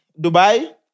Dubai